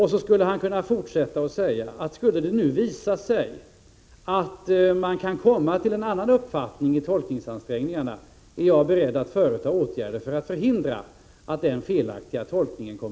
Han skulle också kunna fortsätta med att säga: Skulle det nu visa sig att man kan komma fram till en annan uppfattning i tolkningsansträngningarna, är jag beredd att vidta åtgärder för att förhindra att en sådan felaktig tolkning görs.